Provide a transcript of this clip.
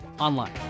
online